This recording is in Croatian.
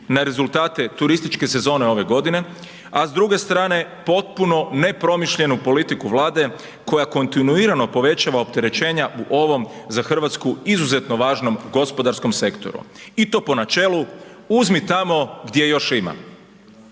na rezultate turističke sezone ove godine, a s druge strane, potpuno nepromišljenu politiku Vlade koja kontinuirano povećava opterećenja u ovom, za Hrvatsku izuzetno važnom gospodarskom sektoru i to po načelu „uzmi tamo gdje još ima“